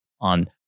on